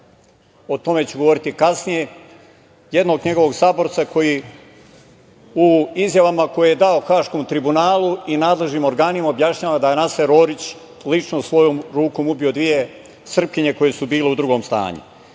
o tome ću govoriti kasnije, jednog njegovog saborca koji u izjavama koje je dao Haškom tribunalu i nadležnim organima objašnjava da je Naser Orić lično svojom rukom ubio dve Srpkinje koje su bile u drugom stanju.